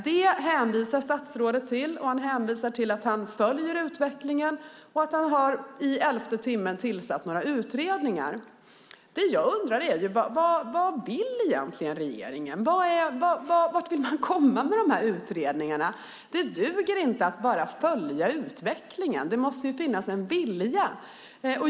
Det hänvisar statsrådet till, och han hänvisar till att han följer utvecklingen och att han i elfte timmen har tillsatt några utredningar. Det jag undrar är: Vad vill egentligen regeringen? Vart vill man komma med utredningarna? Det duger inte att bara följa utvecklingen. Det måste ju finnas en vilja.